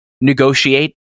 negotiate